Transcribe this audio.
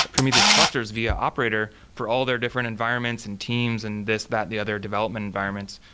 prometheus clusters via operator for all their different environments and teams and this, that, the other development environments,